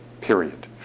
period